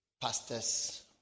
pastor's